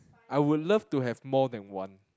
I would love to have more than one